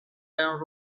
and